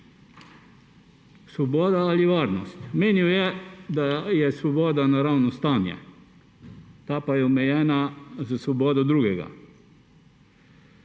Hobbes. Svoboda ali varnost. Menil je, da je svoboda naravno stanje, ta pa je omejena s svobodo drugega.